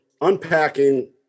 unpacking